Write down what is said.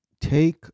take